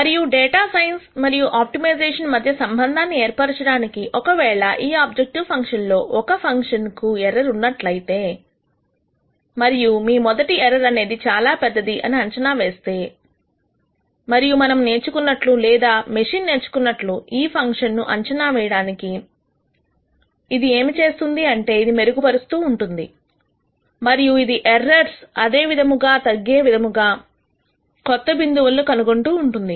మరియు data science మరియు optimisation మధ్య సంబంధం ఏర్పరచడానికి ఒకవేళ ఈ ఆబ్జెక్టివ్ ఫంక్షన్ లో ఒక ఫంక్షన్ కు ఎర్రర్ ఉన్నట్లయితే మరియు మీ మొదటి ఎర్రర్ అనేది చాలా పెద్దది అని అంచనా వేస్తే మరియు మనం నేర్చుకున్నట్లు లేదా మెషిన్ నేర్చుకున్నట్లు ఈ ఫంక్షన్ ను అంచనా వేయడానికి ఇది ఏమి చేస్తుంది అంటే ఇది మెరుగుపరుస్తూ ఉంటుంది మరియు ఇది ఎర్రర్స్ అదే విధముగా తగ్గే విధముగా కొత్త బిందువులను కనుగొంటూ ఉంటుంది